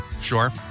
Sure